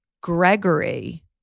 Gregory